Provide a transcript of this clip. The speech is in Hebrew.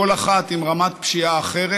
כל אחת עם רמת פשיעה אחרת.